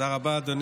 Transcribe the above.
תודה רבה.